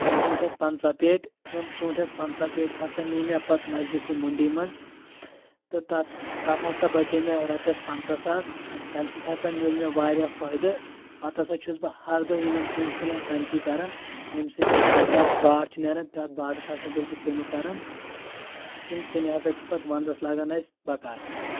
ژوٗنٛٹھؠس پنٛژہ پیٹہِ تِم ژوٗنٛٹھؠس پنٛژہ پیٹہِ ہسا نی مےٚ پتہٕ نزدیٖکھٕے مٔنڈی منٛز تہٕ تتھ تتھ ہسا بچے مےٚ رۄپیس پنژہ ساس تمہِ سۭتۍ ہسا میل مےٚ واریاہ فٲیدٕ پتہٕ ہسا چھُس بہٕ ہر دۄہ یِمن ژوٗنٛٹھۍ کُلؠن کنچی کران ییٚمہِ سۭتۍ تتھ باٹھ چھِ نیران تتھ باٹھس ہسا چھُس بہٕ ژِنہِ کران تِم ژِنہِ ہسا چھِ پتہٕ ونٛدس لگان اَسہِ بکار